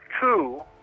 two